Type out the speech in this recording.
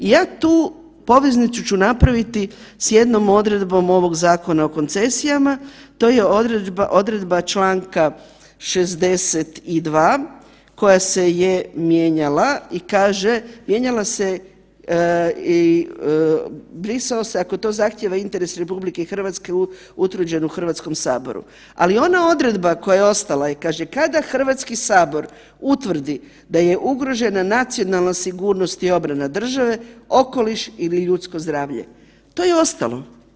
Ja tu poveznicu ću napraviti s jednom odredbom ovog Zakona o koncesijama, to je odredba članka 62. koja je se je mijenjala i kaže, mijenjala se, brisao se „ako to zahtjeva interes RH utvrđen u Hrvatskom saboru“, ali ona koja je ostala i kaže „kada Hrvatski sabor utvrdi da je ugrožena nacionalna sigurnost i obrana države, okoliš ili ljudsko zdravlje“, to je ostalo.